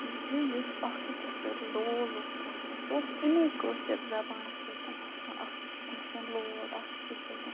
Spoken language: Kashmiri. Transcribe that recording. زِ یُس اَکھ أکِس سۭتۍ لول اوس آسان سُہ اوس اَمے کٲشِر زَبانہِ سۭتۍ آسان اَکھ أکِس نِش لول اَکھ أکِس سۭتۍ